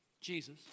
Jesus